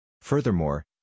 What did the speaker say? furthermore